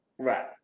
Right